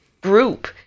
group